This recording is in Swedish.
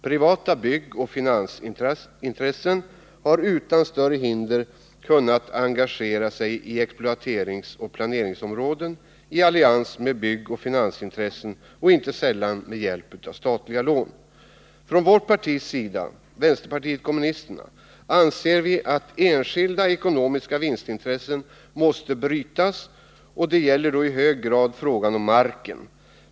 Privata byggoch finansintressen har utan större hinder kunnat engagera sig i exploateringsoch planeringsområden i allians med byggoch finansintressen och inte sälian med hjälp av statliga lån. Från vänsterpartiet kommunisternas sida anser vi att enskilda ekonomiska vinstintressen måste brytas, och det gäller då i hög grad frågan om marken.